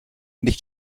nicht